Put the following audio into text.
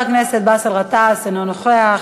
חבר הכנסת באסל גטאס, אינו נוכח,